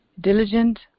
Diligent